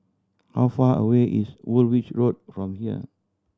how far away is Woolwich Road from here